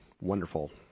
Wonderful